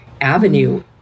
avenue